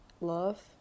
love